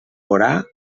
vorà